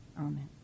Amen